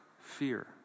fear